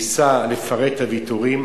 וניסה לפרט את הוויתורים.